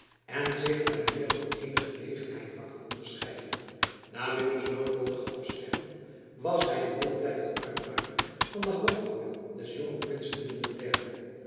en zich by meer dan eene gelegenheid wakker onderscheiden na willems noodlottig afsterven was hy een deel blijven uitmaken van de hofhouding des jongen prinsen willem